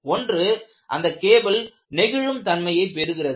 ஒன்று அந்த கேபிள் நெகிழும் தன்மையை பெறுகிறது